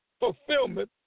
Fulfillment